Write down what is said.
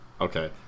Okay